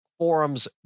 Forum's